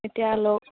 এতিয়া লগ